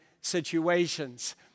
situations